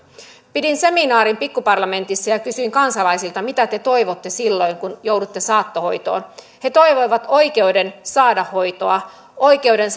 pidin seminaarin pikkuparlamentissa ja kysyin kansalaisilta mitä te toivotte silloin kun joudutte saattohoitoon he toivoivat oikeuden saada hoitoa oikeuden